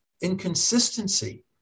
Inconsistency